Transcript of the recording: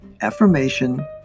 affirmation